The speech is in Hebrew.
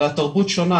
הרי התרבות שונה.